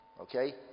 Okay